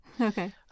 okay